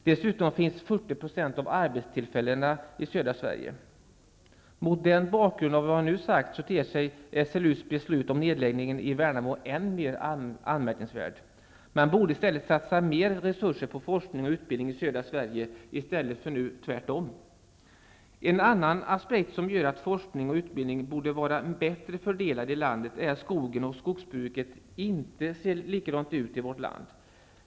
Dessutom finns 40 % av arbetstillfällena i södra Sverige. Mot bakgrund av det jag nu har sagt ter sig SLU:s beslut om nedläggningen i Värnamo än mer anmärkningsvärt. Man borde satsa mer resurser på forskning och utbildning i södra Sverige, i stället för tvärtom. En annan aspekt som gör att forskning och utbildning borde vara bättre fördelade i landet är att skogen och skogsbruket inte ser likadant ut i hela vårt land.